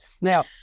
Now